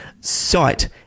sight